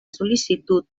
sol·licitud